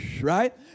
Right